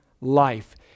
life